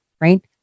right